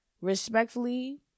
respectfully